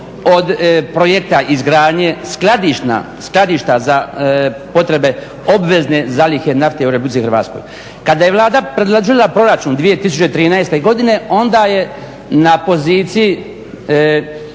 od projekta izgradnje skladišta za potrebe obvezne zalihe nafte u Republici Hrvatskoj. Kada je Vlada predložila proračun 2013. godine onda je na poziciji